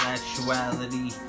actuality